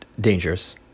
dangerous